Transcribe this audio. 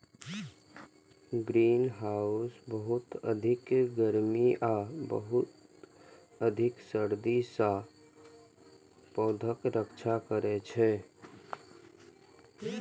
greenhouse बहुत अधिक गर्मी आ बहुत अधिक सर्दी सं पौधाक रक्षा करै छै